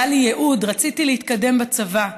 היה לי ייעוד, רציתי להתקדם בצבא,